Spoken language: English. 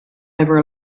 over